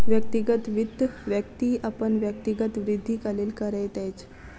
व्यक्तिगत वित्त, व्यक्ति अपन व्यक्तिगत वृद्धिक लेल करैत अछि